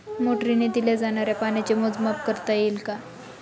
मोटरीने दिल्या जाणाऱ्या पाण्याचे मोजमाप करता येईल का?